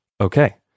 Okay